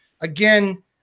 again